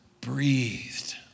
breathed